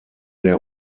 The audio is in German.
der